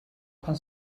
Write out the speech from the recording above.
pan